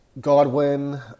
Godwin